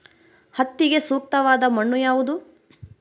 ಹತ್ತಿಗೆ ಸೂಕ್ತವಾದ ಮಣ್ಣು ಯಾವುದು?